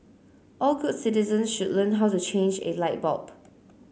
all good citizens should learn how to change a light bulb